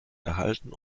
erhalten